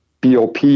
BOP